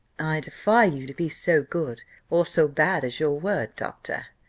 defy you to be so good or so bad as your word, doctor,